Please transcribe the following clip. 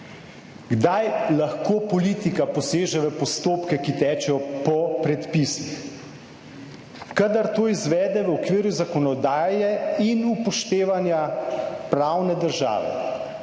Kdaj lahko politika poseže v postopke, ki tečejo po predpisih? Kadar to izvede v okviru zakonodaje in upoštevanja pravne države.